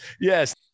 Yes